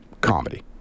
comedy